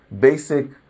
basic